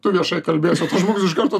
tu viešai kalbėsi o tas žmogus iš karto